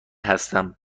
هستم